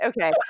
Okay